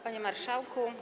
Panie Marszałku!